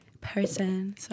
person